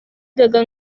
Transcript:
gaga